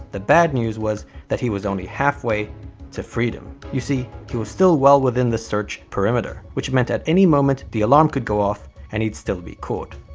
the bad news was that he was only halfway to freedom. you see, he was still well within the search perimeter, which meant at any moment the alarm could go off and he'd still be caught.